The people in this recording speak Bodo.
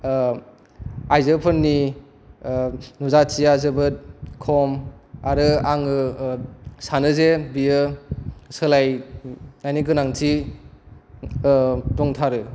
आइजोफोरनि नुजाथिया जोबोद खम आरो आङो सानो जे बियो सोलायनायनि गोनांथि दंथारो